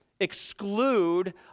exclude